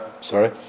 Sorry